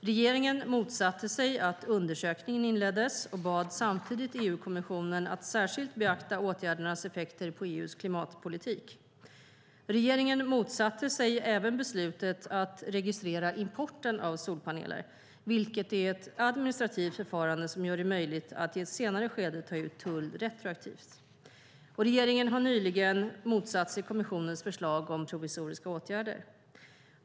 Regeringen motsatte sig att undersökningen inleddes och bad samtidigt EU-kommissionen att särskilt beakta åtgärdernas effekter på EU:s klimatpolitik. Regeringen motsatte sig även beslutet att registrera importen av solpaneler, vilket är ett administrativt förfarande som gör det möjligt att i ett senare skede ta ut tull retroaktivt. Regeringen har nyligen motsatt sig kommissionens förslag om provisoriska åtgärder.